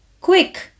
Quick